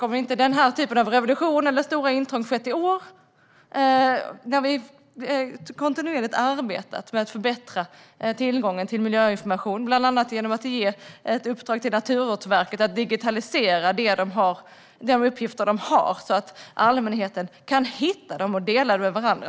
Om ingen revolution eller stora intrång har skett i år, när vi kontinuerligt har arbetat med att förbättra tillgången till miljöinformation, bland annat genom att ge ett uppdrag till Naturvårdsverket att digitalisera de uppgifter man har, så att allmänheten kan hitta dem och dela dem med varandra.